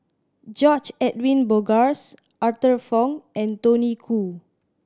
George Edwin Bogaars Arthur Fong and Tony Khoo